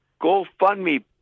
GoFundMe